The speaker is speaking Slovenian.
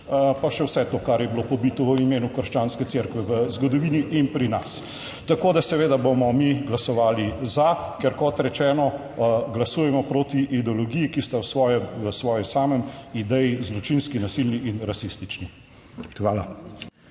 pa še vse to, kar je bilo pobito v imenu krščanske cerkve v zgodovini in pri nas. Tako, da seveda bomo mi glasovali za, ker kot rečeno, glasujemo proti ideologiji, ki sta v svoji samem ideji zločinski, nasilni in rasistični. Hvala.